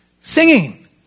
Singing